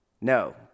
No